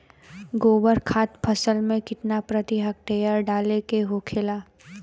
गोबर खाद फसल में कितना प्रति हेक्टेयर डाले के होखेला?